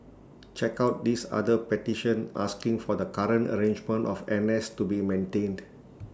check out this other petition asking for the current arrangement of N S to be maintained